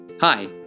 Hi